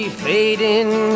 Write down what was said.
fading